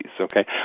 okay